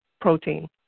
protein